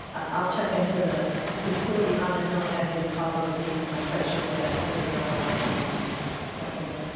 i'll check into the facility on the hill and having to call the police i'm not quite sure where that where they draw the line on that one but you know.